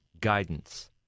guidance